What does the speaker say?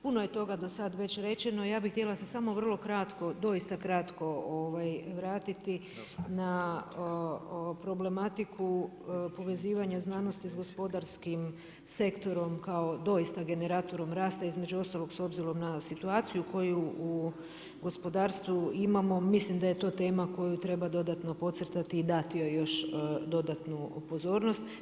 Puno je toga do sada već rečeno, ja bih htjela se samo vrlo kratko doista kratko vratiti na problematiku povezivanja znanosti s gospodarskim sektorom kao doista generatorom rastav između ostalog s obzirom na situaciju koju u gospodarstvu imamo mislim da je to tema koju treba dodatnu podcrtati i dati joj još dodatnu pozornost.